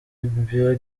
libya